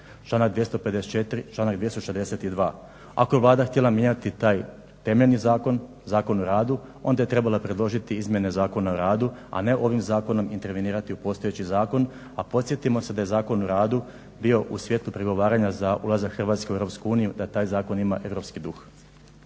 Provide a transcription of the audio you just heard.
članak 254., članak 262. Ako je Vlada htjela mijenjati taj temeljni zakon, Zakon o radu, onda je trebala predložiti izmjene Zakona o radu, a ne ovim zakonom intervenirati u postojeći zakon. A podsjetimo se da je Zakon o radu bio u svjetlu pregovaranja za ulazak Hrvatske u EU, da taj zakon ima europski duh.